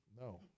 No